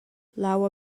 l’aua